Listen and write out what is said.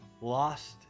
lost